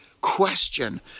question